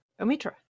Omitra